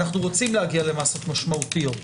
ואנו רוצים להגיע למסות משמעותיות,